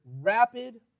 rapid